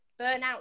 Burnout